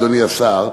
אדוני השר,